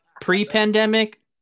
pre-pandemic